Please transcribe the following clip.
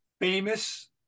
famous